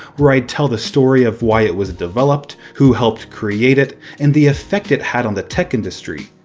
where i'd tell the story of why it was developed, who helped create it, and the effect it had on the tech industry.